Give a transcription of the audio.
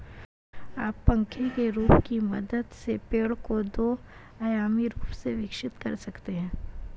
आप पंखे के रूप की मदद से पेड़ को दो आयामी रूप से विकसित कर सकते हैं